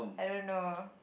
I don't know